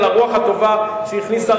על הרוח הטובה שהכניס,